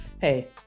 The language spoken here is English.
hey